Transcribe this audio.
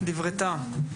דברי טעם.